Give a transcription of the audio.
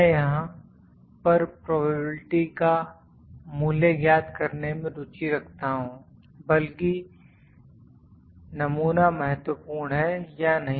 मैं यहां पर प्रोबेबिलिटी का मूल्य ज्ञात करने में रुचि रखता हूं बल्कि नमूना महत्वपूर्ण है या नहीं